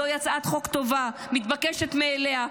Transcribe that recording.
זוהי הצעת חוק טובה, מתבקשת מאליה.